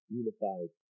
unified